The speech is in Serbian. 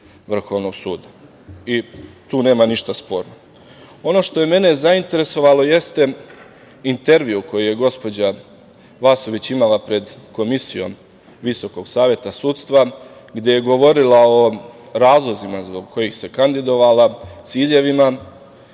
Vrhovnog suda. Tu nema ništa sporno. Ono što je mene zainteresovalo jeste intervju koji je gospođa Vasović imala pred komisijom Visokog saveta sudstva, gde je govorila o razlozima zbog kojih se kandidovala, ciljevima